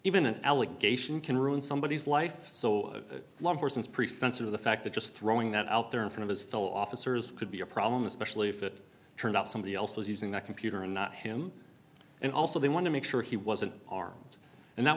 even an allegation can ruin somebody's life so one person's priest sense of the fact that just throwing that out there in front of his fellow officers could be a problem especially if it turns out somebody else was using that computer and not him and also they want to make sure he wasn't armed and that